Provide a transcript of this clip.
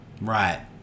Right